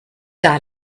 got